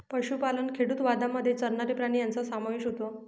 पशुपालन खेडूतवादामध्ये चरणारे प्राणी यांचा समावेश होतो